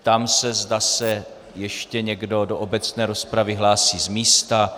Ptám se, zda se ještě někdo do obecné rozpravy hlásí z místa.